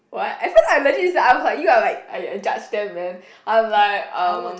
what at first I legit sia I was like you are like I I judge them man I'm like um